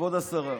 כבוד השרה: